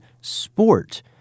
sport